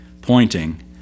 pointing